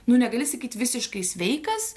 nu negali sakyt visiškai sveikas